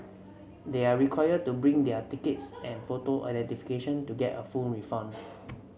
they are required to bring their tickets and photo identification to get a full refund